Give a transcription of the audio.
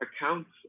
accounts